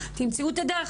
תמצאו את הדרך,